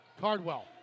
Cardwell